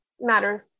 matters